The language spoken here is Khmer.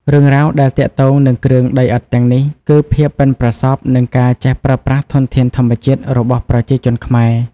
រឿងរ៉ាវដែលទាក់ទងនឹងគ្រឿងដីឥដ្ឋទាំងនេះគឺ ភាពប៉ិនប្រសប់ និង ការចេះប្រើប្រាស់ធនធានធម្មជាតិ របស់ប្រជាជនខ្មែរ។